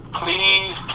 please